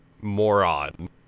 moron